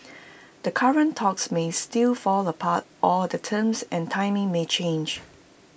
the current talks may still fall apart or the terms and timing may change